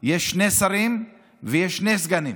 יש שני שרים ושני סגנים,